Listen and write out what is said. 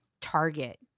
Target